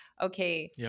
okay